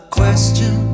question